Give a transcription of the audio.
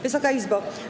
Wysoka Izbo!